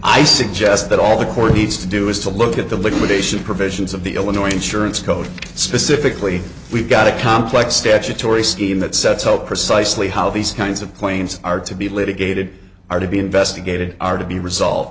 i suggest that all the court needs to do is to look at the liquidation provisions of the illinois insurance code specifically we've got a complex statutory scheme that sets all precisely how these kinds of claims are to be litigated are to be investigated are to be resolved